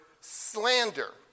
slander